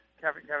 Kevin